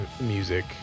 music